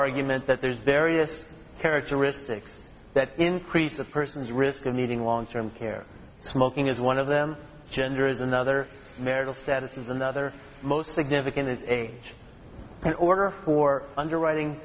arguments that there's various characteristics that increase a person's risk of needing long term care smoking is one of them gender is another marital status is another most significant is a in order for underwriting